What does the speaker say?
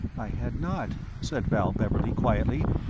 i had not, said val beverley, quietly.